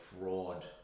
fraud